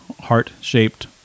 heart-shaped